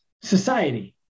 society